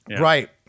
right